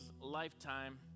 lifetime